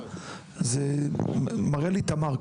זה מראה לי תמר,